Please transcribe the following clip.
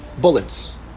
bullets